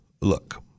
look